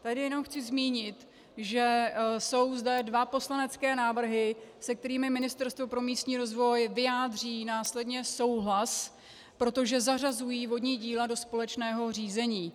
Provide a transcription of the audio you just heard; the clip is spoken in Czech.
Tady chci jenom zmínit, že jsou zde dva poslanecké návrhy, se kterými Ministerstvo pro místní rozvoj vyjádří následně souhlas, protože zařazují vodní díla do společného řízení.